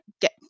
get